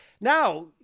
Now